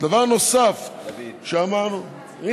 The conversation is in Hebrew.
דבר נוסף שאמרנו, דוד.